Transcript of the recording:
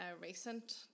recent